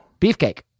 Beefcake